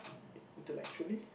intellectually